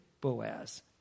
Boaz